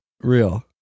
Real